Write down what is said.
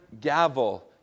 gavel